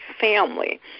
family